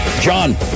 John